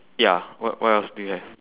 ya what what else do you have